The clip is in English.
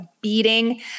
beating